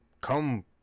come